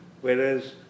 Whereas